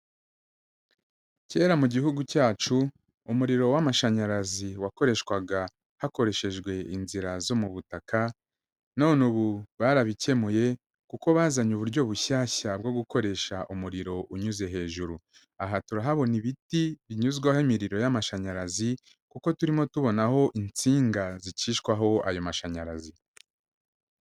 Kera mu gihugu cyacu umuriro w'amashanyarazi wakoreshwaga hakoreshejwe inzira zo mu butaka, none ubu barabikemuye kuko bazanye uburyo bushyashya bwo gukoresha umuriro unyuze hejuru, aha turahabona ibiti binyuzwaho imiriro y'amashanyarazi kuko turimo tubonaho insinga zicishwaho ayo mashanyarazi.